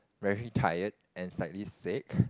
very tired and slightly sick